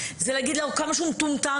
ולהגיד להם כמה שהם מטומטמים".